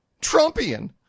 Trumpian